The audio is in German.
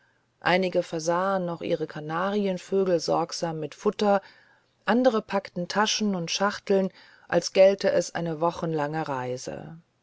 einige versahen noch ihre kanarienvögel sorgsam mit futter andere packten taschen und schachteln als gälte es eine wochenlange reise